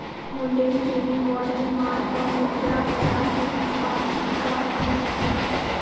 Mundell Fleming model माल और मुद्रा बाजार के बीच बातचीत का अध्ययन करता है